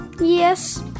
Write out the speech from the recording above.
Yes